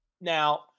Now